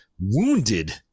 wounded